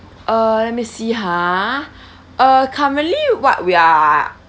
err let me see ha uh currently what we're